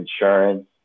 insurance